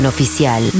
Oficial